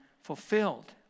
fulfilled